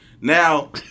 Now